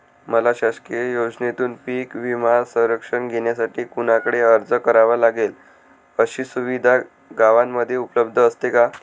मला शासकीय योजनेतून पीक विमा संरक्षण घेण्यासाठी कुणाकडे अर्ज करावा लागेल? अशी सुविधा गावामध्ये उपलब्ध असते का?